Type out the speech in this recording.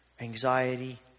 Anxiety